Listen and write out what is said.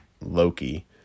Loki